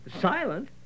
silent